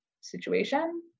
situation